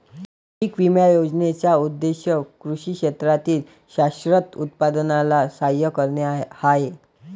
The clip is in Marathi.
पीक विमा योजनेचा उद्देश कृषी क्षेत्रातील शाश्वत उत्पादनाला सहाय्य करणे हा आहे